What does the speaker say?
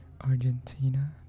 Argentina